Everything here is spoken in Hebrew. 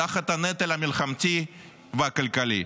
תחת הנטל המלחמתי והכלכלי.